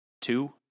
two